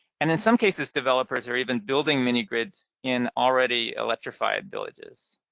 and in some cases, developers are even building mini-grids in already-electrified villages.